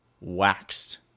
waxed